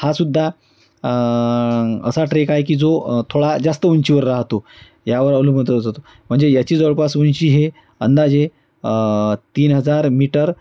हासुद्धा असा ट्रेक आहे की जो थोडा जास्त उंचीवर राहतो यावर अवलंबून होतो म्हणजे याची जवळपास उंची हे अंदाजे तीन हजार मीटर